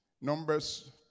Numbers